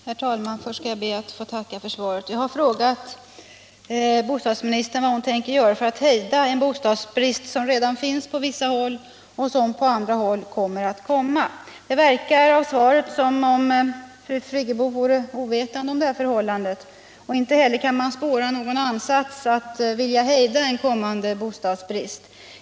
Herr talman! Först skall jag be att få tacka för svaret. Jag har frågat bostadsministern vad hon tänker göra för att hejda en bostadsbrist som redan finns på vissa håll och som på andra håll kommer att uppstå. Det verkar av svaret som om fru Friggebo vore ovetande om det här förhållandet. Inte heller kan man spåra någon ansats att vilja hejda en kommande bostadsbrist.